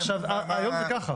היום זה כך.